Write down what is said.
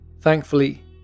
Thankfully